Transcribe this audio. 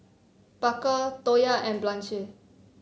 Parker Toya and Blanche